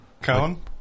cone